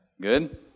Good